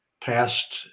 past